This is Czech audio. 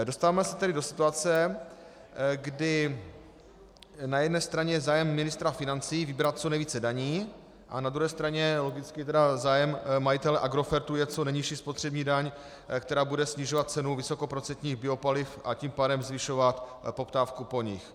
Dostáváme se tedy do situace, kdy na jedné straně je zájem ministra financí vybrat co nejvíce daní a na druhé straně je logicky tedy zájem majitele Agrofertu co nejnižší spotřební daň, která bude snižovat cenu vysokoprocentních biopaliv, a tím pádem zvyšovat poptávku po nich.